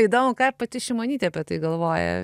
įdomu ką ir pati šimonytė apie tai galvoja